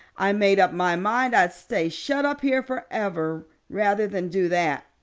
i made up my mind i'd stay shut up here forever rather than do that.